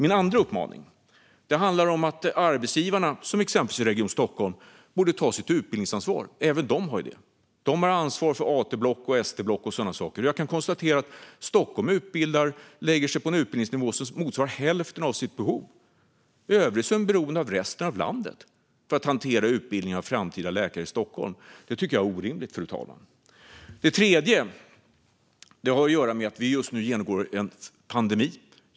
En annan fråga handlar om att arbetsgivarna, exempelvis Region Stockholm, borde ta sitt utbildningsansvar. De har ansvar för AT-block och ST-block och sådana saker, och jag kan konstatera att Stockholm lägger sig på en utbildningsnivå som motsvarar hälften av dess behov. I övrigt är man beroende av resten av landet för att hantera utbildning av framtida läkare i Stockholm. Det tycker jag är orimligt, fru talman. Den tredje frågan har att göra med att vi just nu genomgår en pandemi.